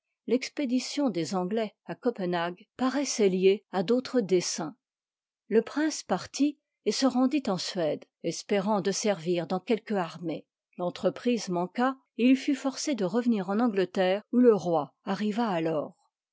l'expédition des anglais à copenhague paroissoit liée à d'autres desseins le piince partit vct se rendit en suède y espérant de servir dans quelque armée l'entreprise manqua et il fut forcé de revenir en aivleterrcy ou le roi arriva alors